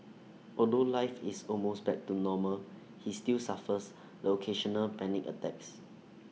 although life is almost back to normal he still suffers the occasional panic attacks